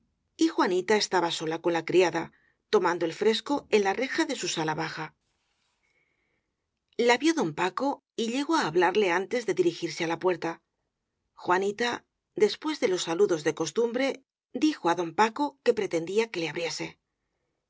y juanita estaba sola con la criada toman do el fresco en la reja de su sala baja la vio don paco y llegó á hablarle antes de dirigirse á la puerta juanita después de los salu dos de costumbre dijo á don paco que pretendía que le abriese